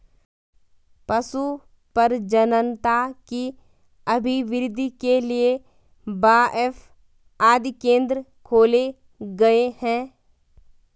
पशु प्रजननता की अभिवृद्धि के लिए बाएफ आदि केंद्र खोले गए हैं